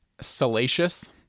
salacious